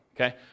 Okay